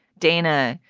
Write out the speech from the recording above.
dana,